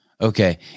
okay